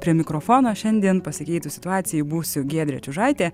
prie mikrofono šiandien pasikeitus situacijai būsiu giedrė čiužaitė